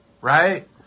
right